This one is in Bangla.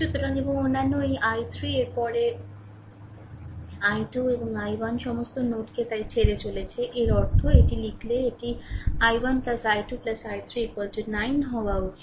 সুতরাং এবং অন্যান্য এই i3 এর পরে i2 এবং i1 সমস্ত নোডকে তাই ছেড়ে চলেছে এর অর্থ এটি লিখলে এটি i1 i2 i3 9 হওয়া উচিত